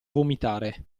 vomitare